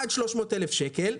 עד 300,000 שקל.